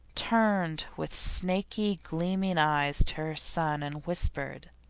turned with snaky gleaming eyes to her son and whispered